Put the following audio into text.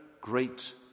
great